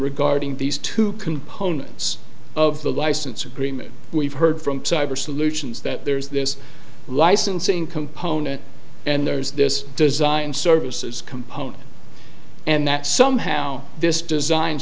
regarding these two components of the license agreement we've heard from cyber solutions that there is this licensing component and there is this design services component and that somehow this design